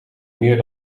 meer